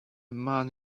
man